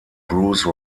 bruce